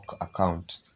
account